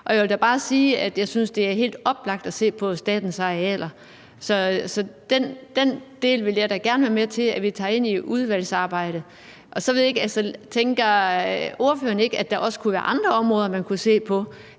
jeg vil da bare sige, at jeg synes, det er helt oplagt at se på statens arealer. Så den del vil jeg da gerne være med til at vi tager ind i udvalgsarbejdet. Så ved jeg ikke, om ordføreren ikke også tænker, at der kunne være andre områder, man kunne se på,